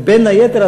ובין היתר,